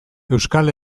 euskal